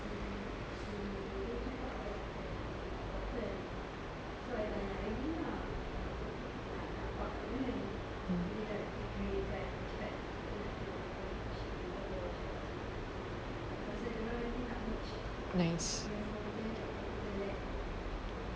mm nice